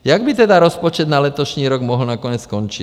Jak by tedy rozpočet na letošní rok mohl nakonec skončit?